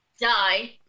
die